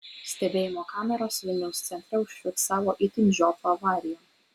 stebėjimo kameros vilniaus centre užfiksavo itin žioplą avariją